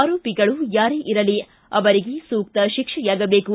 ಆರೋಪಿಗಳು ಯಾರೇ ಇರಲಿ ಅವರಿಗೆ ಸೂಕ್ತ ಶಿಕ್ಷೆಯಾಗಬೇಕು